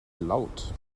laut